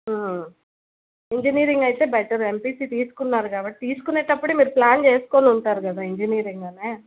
engineering అయితే better MPC తీసుకున్నారు కాబట్టి తీసుకునేటప్పుడు మీరు ప్లాన్ చేసుకుని ఉంటారు కదా ఇంజనీరింగ్ అనే